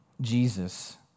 Jesus